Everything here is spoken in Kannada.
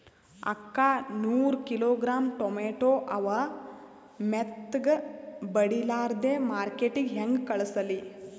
ಅಕ್ಕಾ ನೂರ ಕಿಲೋಗ್ರಾಂ ಟೊಮೇಟೊ ಅವ, ಮೆತ್ತಗಬಡಿಲಾರ್ದೆ ಮಾರ್ಕಿಟಗೆ ಹೆಂಗ ಕಳಸಲಿ?